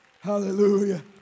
hallelujah